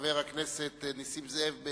חבר הכנסת נסים זאב,